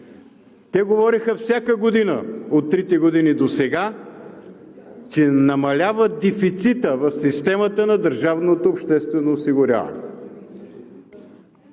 говореха всяка година от трите години досега, че намалява дефицитът в системата на държавното обществено осигуряване.